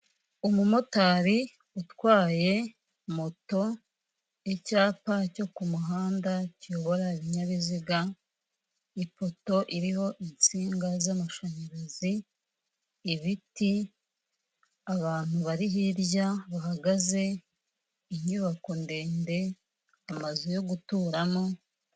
Umumotari utwaye moto, icyapa cyo kumuhanda kiyobora ibinyabiziga, ipoto iriho insinga z'amashanyarazi, ibiti, abantu bari hirya bahagaze, inyubako ndende, amazu yo guturamo.